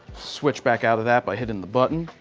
switch back out of that by hitting the button.